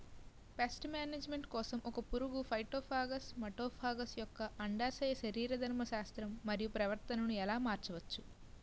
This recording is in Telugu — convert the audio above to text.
పేస్ట్ మేనేజ్మెంట్ కోసం ఒక పురుగు ఫైటోఫాగస్హె మటోఫాగస్ యెక్క అండాశయ శరీరధర్మ శాస్త్రం మరియు ప్రవర్తనను ఎలా మార్చచ్చు?